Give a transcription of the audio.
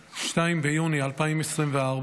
2 ביוני 2024,